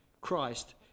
Christ